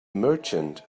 merchant